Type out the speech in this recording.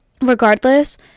regardless